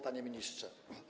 Panie Ministrze!